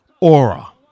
aura